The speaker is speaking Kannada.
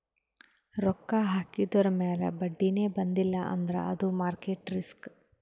ರೊಕ್ಕಾ ಹಾಕಿದುರ್ ಮ್ಯಾಲ ಬಡ್ಡಿನೇ ಬಂದಿಲ್ಲ ಅಂದ್ರ ಅದು ಮಾರ್ಕೆಟ್ ರಿಸ್ಕ್